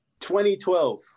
2012